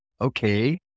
okay